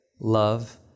love